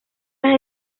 las